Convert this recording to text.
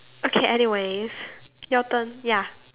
okay anyways your turn ya